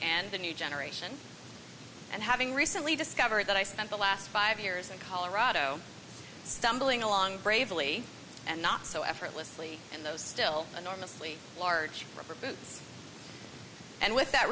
and the new generation and having recently discovered that i spent the last five years in colorado stumbling along bravely and not so effortlessly and those still enormously large recruits and with that